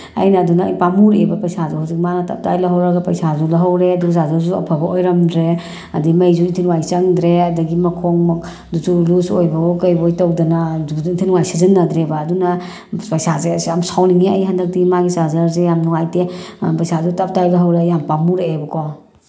ꯑꯩꯅ ꯑꯗꯨꯅ ꯑꯩ ꯄꯥꯃꯨꯔꯛꯑꯦꯕ ꯄꯩꯁꯥꯗꯣ ꯍꯧꯖꯤꯛ ꯃꯥꯅ ꯇꯞꯇꯥꯏ ꯂꯧꯍꯧꯔꯒ ꯄꯩꯁꯥꯁꯨ ꯂꯧꯍꯧꯔꯦ ꯑꯗꯨ ꯆꯔꯖꯔꯁꯨ ꯑꯐꯕ ꯑꯣꯏꯔꯝꯗ꯭ꯔꯦ ꯑꯗꯒꯤ ꯃꯩꯁꯨ ꯏꯟꯊꯤ ꯅꯨꯡꯉꯥꯏ ꯆꯪꯗ꯭ꯔꯦ ꯑꯗꯒꯤ ꯃꯈꯣꯡ ꯗꯨꯁꯨ ꯂꯨꯖ ꯑꯣꯏꯕꯑꯣ ꯀꯩꯕꯣꯏ ꯇꯧꯗꯅ ꯑꯗꯨ ꯏꯟꯊꯤ ꯅꯨꯡꯉꯥꯏ ꯁꯤꯖꯤꯟꯅꯗ꯭ꯔꯦꯕ ꯑꯗꯨꯅ ꯄꯩꯁꯥꯁꯦ ꯑꯁ ꯌꯥꯝ ꯁꯥꯎꯅꯤꯡꯉꯦ ꯑꯩ ꯍꯟꯗꯛꯇꯤ ꯃꯥꯒꯤ ꯆꯥꯔꯖꯔꯁꯦ ꯌꯥꯝ ꯅꯨꯡꯉꯥꯏꯇꯦ ꯄꯩꯁꯥꯁꯨ ꯇꯞꯇꯥꯏ ꯂꯧꯍꯧꯔꯦ ꯑꯩ ꯌꯥꯝ ꯄꯥꯝꯃꯨꯔꯛꯑꯦꯕ ꯀꯣ